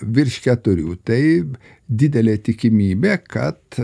virš keturių tai didelė tikimybė kad